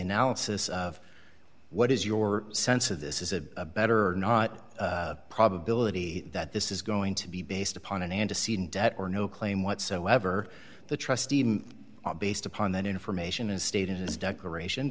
analysis of what is your sense of this is a better not probability that this is going to be based upon an antecedent debt or no claim whatsoever the trustee based upon that information is stated in this declaration